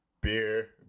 beer